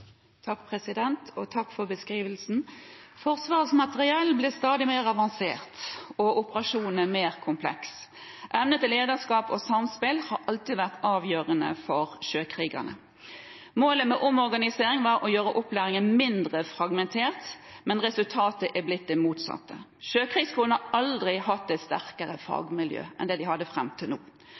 Takk for beskrivelsen. Forsvarsmateriell blir stadig mer avansert og operasjonene mer komplekse. Evne til lederskap og samspill har alltid vært avgjørende for sjøkrigerne. Målet med omorganisering var å gjøre opplæringen mindre fragmentert, men resultatet er blitt det motsatte. Sjøkrigsskolen har aldri hatt et sterkere fagmiljø enn det de hadde fram til nå.